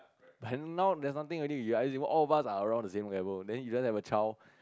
then now there's nothing already you are eligible all of us are around the same level then you just have a child